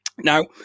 Now